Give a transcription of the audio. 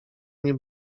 nie